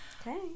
okay